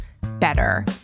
better